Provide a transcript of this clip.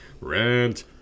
rent